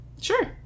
Sure